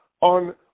on